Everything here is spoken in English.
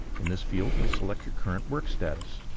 in this field, you'll select your current work status.